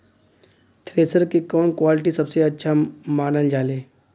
Thresher के कवन quality सबसे अच्छा मानल जाले?